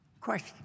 Question